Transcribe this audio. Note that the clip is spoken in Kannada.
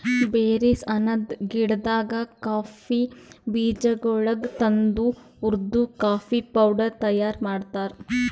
ಬೇರೀಸ್ ಅನದ್ ಗಿಡದಾಂದ್ ಕಾಫಿ ಬೀಜಗೊಳಿಗ್ ತಂದು ಹುರ್ದು ಕಾಫಿ ಪೌಡರ್ ತೈಯಾರ್ ಮಾಡ್ತಾರ್